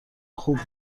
خوب